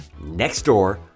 Nextdoor